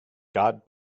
god